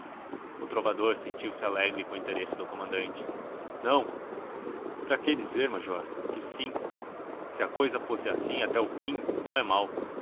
trovador sentiu-se alegre com o interesse do comandante não para que dizer major que sim se a coisa for assim até ao fim não é mau